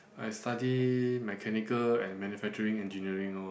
I study Mechanical and Manufacturing Engineering orh